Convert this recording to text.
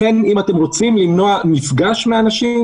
לכן אם אתם רוצים למנוע מפגש מאנשים,